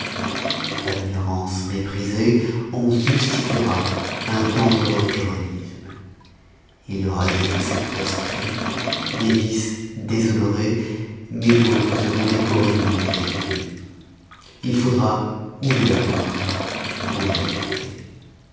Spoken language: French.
à l'ignorance méprisée on substituera un dangereux pyrrhonisme il y aura des excès proscrits des vices déshonorés mais d'autres seront décorés du nom de vertus il faudra ou les avoir ou les affecter